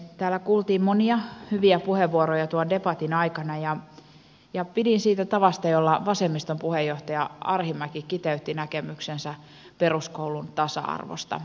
täällä kuultiin monia hyviä puheenvuoroja tuon debatin aikana ja pidin siitä tavasta jolla vasemmiston puheenjohtaja arhinmäki kiteytti näkemyksensä peruskoulun tasa arvosta